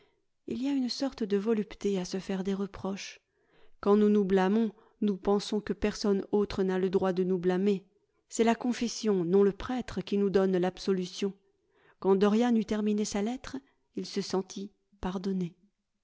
il y a une sorte de volupté à se faire des reproches quand nous nous blâmons nous pensons que personne autre n'a le droit de nous blâmer c'est la confession non le prêtre qui nous donne l'absolution quand dorian eut terminé sa lettre il se sentit pardonné